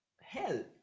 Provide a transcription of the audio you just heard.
hell